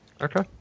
Okay